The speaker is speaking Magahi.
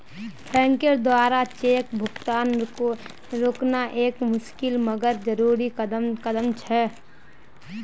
बैंकेर द्वारा चेक भुगतान रोकना एक मुशिकल मगर जरुरी कदम छे